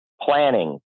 planning